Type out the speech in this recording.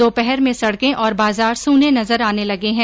दोपहर में सड़कें और बाजार सूने नजर आने लगे हैं